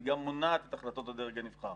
היא גם מונעת את החלטות הדרג הנבחר.